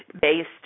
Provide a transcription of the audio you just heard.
based